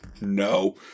no